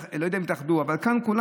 לא יודע אם יתאחדו, אבל שתהיה כאן עם כולם